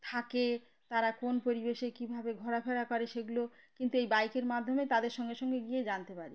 থাকে তারা কোন পরিবেশে কীভাবে ঘোরাফেরা করে সেগুলো কিন্তু এই বাইকের মাধ্যমে তাদের সঙ্গে সঙ্গে গিয়ে জানতে পারি